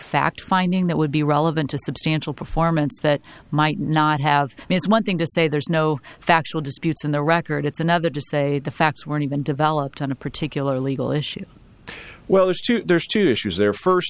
fact finding that would be relevant to substantial performance that might not have one thing to say there's no factual disputes in the record it's another to say the facts weren't even developed on a particular legal issue well there's two issues there first